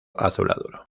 azulado